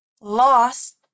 lost